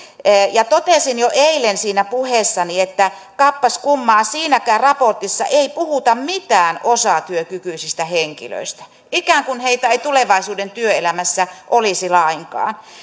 ja totesin jo eilen siinä puheessani että kappas kummaa siinäkään raportissa ei puhuta mitään osatyökykyisistä henkilöistä ikään kuin heitä ei tulevaisuuden työelämässä olisi lainkaan